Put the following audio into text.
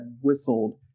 whistled